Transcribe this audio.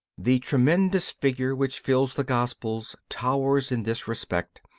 the tremendous figure which fills the gospels towers in this respect,